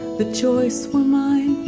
the choice were mine?